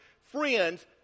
friends